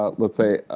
ah let's say,